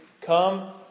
come